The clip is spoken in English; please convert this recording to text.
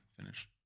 Finish